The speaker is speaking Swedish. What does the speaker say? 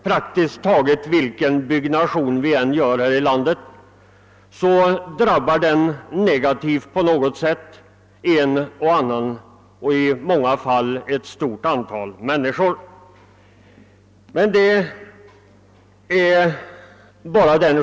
Praktiskt taget vilken byggnation vi än gör här i landet har nämligen negativa verkningar på något sätt för en och annan, i många fall för ett stort antal människor.